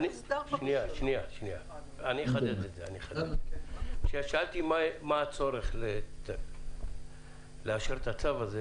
אני אחדד את זה: שאלתי מה הצורך לאשר את הצו הזה